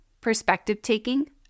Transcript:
perspective-taking